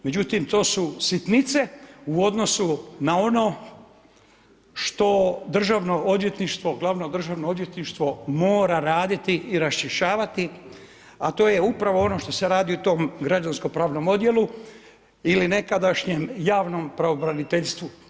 Međutim, to su sitnice u odnosu na ono što Državno odvjetništvo, Glavno državno odvjetništvo mora raditi i raščišćavati, a to je upravo ono što se radi u tom Građanskopravnom odjelu ili nekadašnjem javnom pravobraniteljstvu.